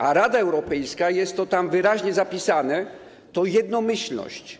A Rada Europejska, jest to tam wyraźnie zapisane, to jednomyślność.